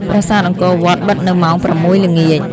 ប្រាសាទអង្គរវត្តបិទនៅម៉ោង ៦ ល្ងាច។